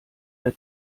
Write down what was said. der